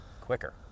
quicker